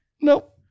Nope